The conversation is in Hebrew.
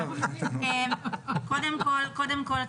--- קודם כול,